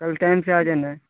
कल टाइम से आ जाना